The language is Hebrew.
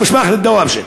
משפחת דוואבשה.